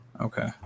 Okay